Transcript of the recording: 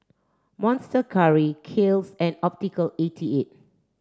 Monster Curry Kiehl's and Optical eighty eight